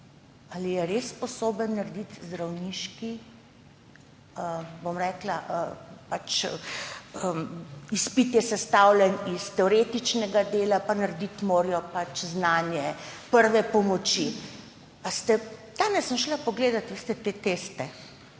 šole, res sposoben narediti zdravniški izpit, ta je sestavljen iz teoretičnega dela, narediti morajo znanje prve pomoči. Danes sem šla pogledat te teste,